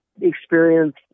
experience